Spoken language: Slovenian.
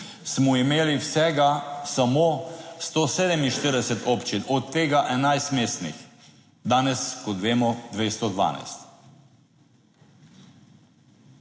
smo imeli vsega samo 147 občin, od tega 11 mestnih, danes, kot vemo, 212.